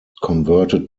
converted